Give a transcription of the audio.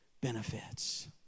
benefits